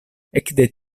ekde